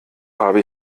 habe